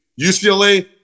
UCLA